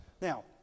Now